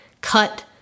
cut